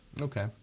Okay